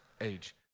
age